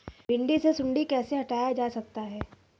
भिंडी से सुंडी कैसे हटाया जा सकता है?